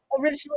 originally